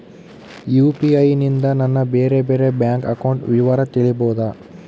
UPI ನಿಂದ ನನ್ನ ಬೇರೆ ಬೇರೆ ಬ್ಯಾಂಕ್ ಅಕೌಂಟ್ ವಿವರ ತಿಳೇಬೋದ?